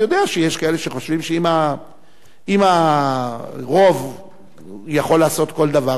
אני יודע שיש כאלה שחושבים שאם הרוב יכול לעשות כל דבר,